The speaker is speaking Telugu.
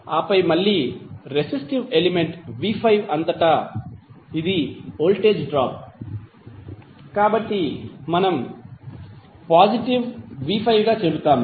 ఆపై మళ్ళీ రెసిస్టివ్ ఎలిమెంట్ v5 అంతటా ఇది వోల్టేజ్ డ్రాప్ కాబట్టి మనం పాజిటివ్ v5 గా చెబుతాము